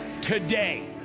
today